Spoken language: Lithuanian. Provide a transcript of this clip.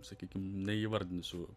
sakykim neįvardinsiu